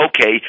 okay